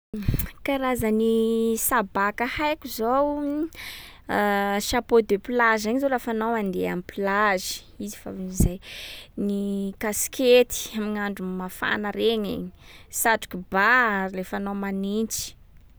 Karazany sabàka haiko zao chapeau de plage regny zao lafa anao handeha am'plage izy favin’zay. Ny kaskety amign’andro mafana regny e. Satroky ba a, lefa anao manintsy.